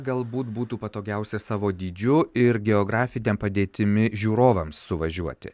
galbūt būtų patogiausia savo dydžiu ir geografinėm padėtimi žiūrovams suvažiuoti